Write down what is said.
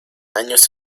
años